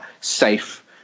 safe